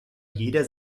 jeder